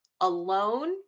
alone